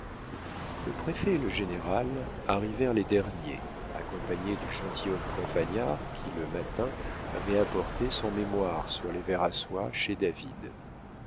le préfet et le général arrivèrent les derniers accompagnés du gentilhomme campagnard qui le matin avait apporté son mémoire sur les vers à soie chez david